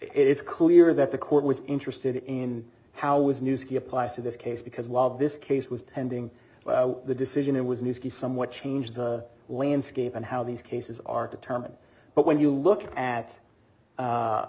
it's clear that the court was interested in how was new ski applies to this case because while this case was pending the decision it was new somewhat changed the landscape and how these cases are determined but when you look at